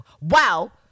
Wow